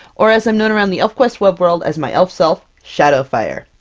or as i'm known around the elfquest web-world as my elf-self, shadowfire!